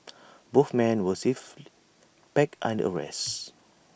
both men were swiftly bike under arrest